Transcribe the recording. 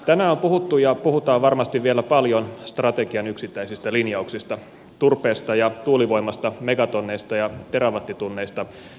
tänään on puhuttu ja puhutaan varmasti vielä paljon strategian yksittäisistä linjauksista turpeesta ja tuulivoimasta megatonneista ja terawattitunneista syöttötariffeista ja energiatehokkuuslaista